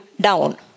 down